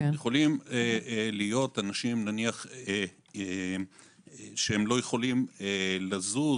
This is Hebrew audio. יכולים להיות אנשים נניח שלא יכולים לזוז,